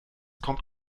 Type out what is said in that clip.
kommt